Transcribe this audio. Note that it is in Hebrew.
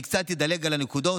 אני קצת אדלג על הנקודות,